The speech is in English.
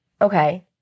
Okay